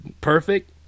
Perfect